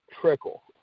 trickle